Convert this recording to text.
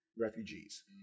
refugees